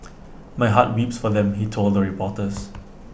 my heart weeps for them he told the reporters